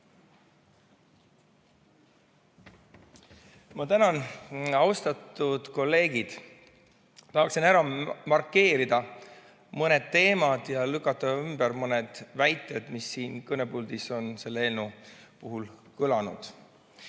Ma tänan! Austatud kolleegid! Ma tahaksin ära markeerida mõned teemad ja lükata ümber mõned väited, mis siin kõnepuldis on selle eelnõu puhul kõlanud.